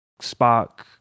spark